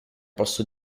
posso